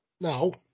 No